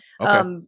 okay